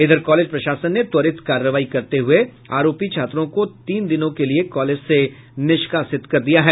इधर कॉलेज प्रशासन ने त्वरित कार्रवाई करते हुए आरोपी छात्रों को तीन दिनों के लिये कॉलेज से निष्कासित कर दिया है